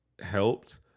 helped